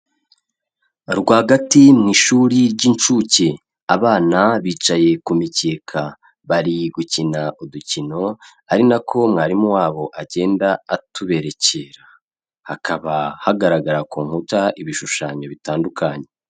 Rwagati mu ishuri ry'incuke abana bicaye ku mikeka, bari gukina udukino ari na ko mwarimu wabo agenda atuberekera, hakaba hagaragara ku nkuta ibishushanyo bitandukanye.